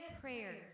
prayers